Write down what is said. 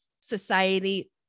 society